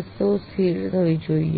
વસ્તુઓ સ્થિર થવી જોઈએ